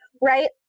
right